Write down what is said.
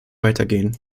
weitergehen